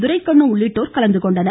துரைக்கண்ணு உள்ளிட்டோர் கலந்து கொண்டனர்